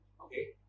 okay